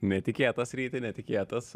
netikėtas ryti netikėtas